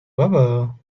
بابا